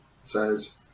says